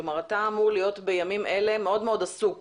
כלומר, אתה אמור להיות בימים אלה מאוד מאוד עסוק